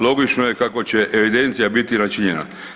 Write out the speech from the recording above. Logično je kako će evidencija biti načinjena.